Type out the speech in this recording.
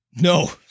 No